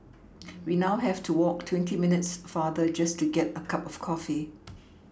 we now have to walk twenty minutes farther just to get a cup of coffee